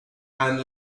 and